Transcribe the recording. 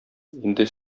инде